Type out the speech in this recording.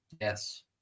Yes